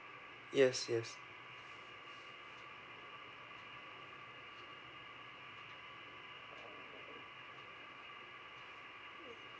yes yes